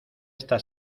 esta